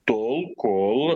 tol kol